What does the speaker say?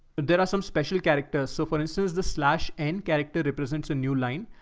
but there are some special characters. so for instance, the slash and character represents a new line.